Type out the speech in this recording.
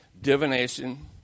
divination